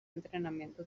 entrenamiento